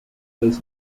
vez